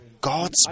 God's